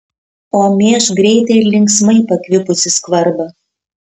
o mėžk greitai ir linksmai pakvipusį skarbą